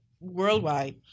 worldwide